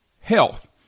health